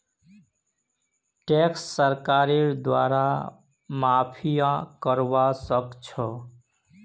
tax सरकारेर द्वारे माफियो करवा सख छ